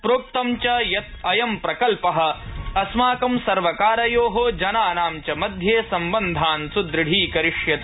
प्रोक्तं च यत् अयं प्रकल्प अस्माकं सर्वकारयो जनानां च मध्ये सम्बन्धान् दृढीकरिष्यति